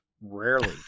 rarely